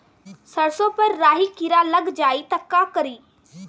सरसो पर राही किरा लाग जाई त का करी?